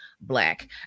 black